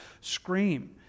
scream